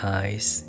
eyes